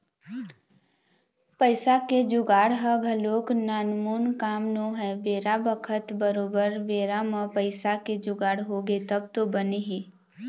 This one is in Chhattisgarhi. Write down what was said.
पइसा के जुगाड़ ह घलोक नानमुन काम नोहय बेरा बखत बरोबर बेरा म पइसा के जुगाड़ होगे तब तो बने हे